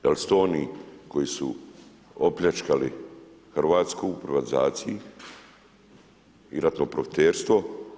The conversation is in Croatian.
Da li su to oni koji su opljačkali Hrvatsku u privatizaciji i ratno profiterstvo?